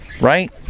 right